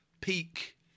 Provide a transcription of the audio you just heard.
peak